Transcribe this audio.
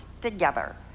together